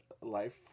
life